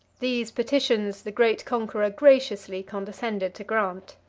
these petitions the great conqueror graciously condescended to grant.